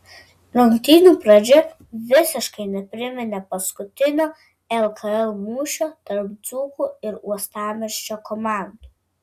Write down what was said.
rungtynių pradžia visiškai nepriminė paskutinio lkl mūšio tarp dzūkų ir uostamiesčio komandų